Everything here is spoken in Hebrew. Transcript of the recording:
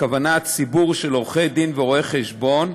הכוונה לציבור של עורכי-דין ורואי-חשבון,